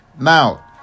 Now